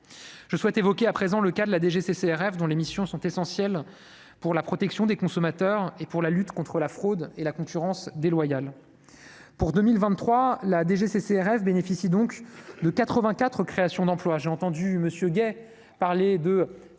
je souhaite évoquer à présent le cas de la DGCCRF, dont les missions sont essentielles pour la protection des consommateurs, et pour la lutte contre la fraude et la concurrence déloyale pour 2023 la DGCCRF bénéficient donc de 84 créations d'emplois, j'ai entendu monsieur Guey, parler de